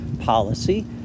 policy